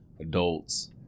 Adults